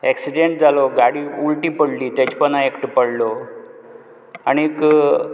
accident जालो गाडी उलटी पडली तेजे पोंदा एकटो पडलो आनीक